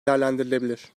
değerlendirilebilir